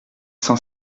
cent